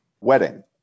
wedding